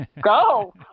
go